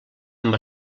amb